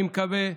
אני מקווה,